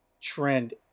trend